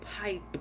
pipe